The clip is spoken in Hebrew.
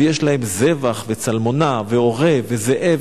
ויש להם זבח וצלמונע ועורב וזאב,